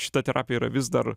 šita terapija yra vis dar